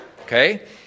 Okay